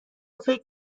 فکر